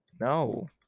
No